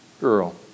girl